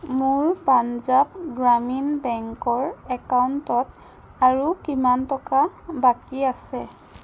মোৰ পাঞ্জাৱ গ্ৰামীণ বেংকৰ একাউণ্টত আৰু কিমান টকা বাকী আছে